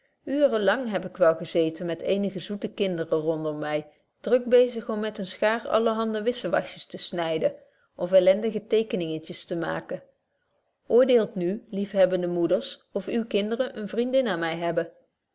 lang heb ik wel gezeten met eenige zoete kinderen rondom my druk bezig om met een schaar allerhande wisjewasjes te snybetje wolff proeve over de opvoeding den of elendige tekeningetjes te maken oordeelt nu liefhebbende moeders of uwe kinderen eene vriendin aan my hebben